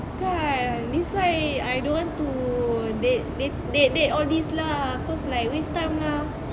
kan this why I don't want to date date date all this lah cause like waste time lah